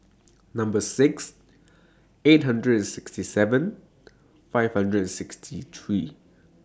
Number six eight hundred and sixty seven five hundred and sixty three